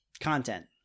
content